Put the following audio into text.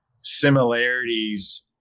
similarities